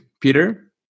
Peter